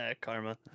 Karma